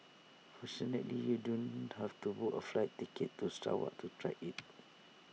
fortunately you don't have to book A flight ticket to Sarawak to try IT